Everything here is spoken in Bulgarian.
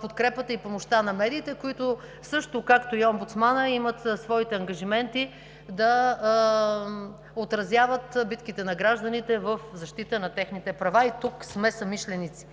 подкрепата и помощта на медиите, които също, както и омбудсманът, имат своите ангажименти да отразяват битките на гражданите в защита на техните права, и тук сме съмишленици.